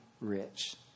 rich